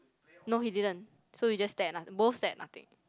no he didn't so we just stare at noth~ both stare at nothing